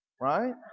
right